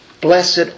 Blessed